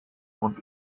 und